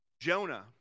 Jonah